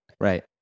right